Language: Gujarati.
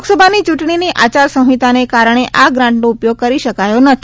લોકસભાની ચૂંટણીની આચારસંહિતાને કારણે આ ગ્રાન્ટનો ઉપયોગ કરી શકાયો નથી